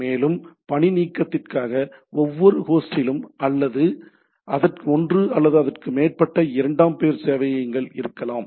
மேலும் பணிநீக்கத்திற்காக ஒவ்வொரு ஹோஸ்டிலும் ஒன்று அல்லது அதற்கு மேற்பட்ட இரண்டாம் பெயர் சேவையகங்கள் இருக்கலாம்